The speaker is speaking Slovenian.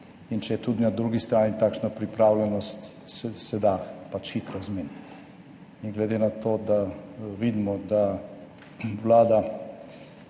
in če je tudi na drugi strani takšna pripravljenost, se da hitro zmeniti. In glede na to, da vidimo, da Vlada